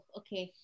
okay